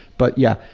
but yeah,